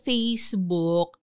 Facebook